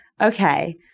Okay